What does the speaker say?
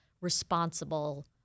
responsible